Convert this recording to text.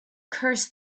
curse